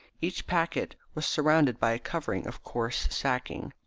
each packet was surrounded by a covering of coarse sacking.